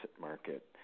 market